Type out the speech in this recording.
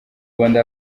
rwanda